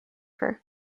her